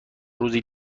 روزی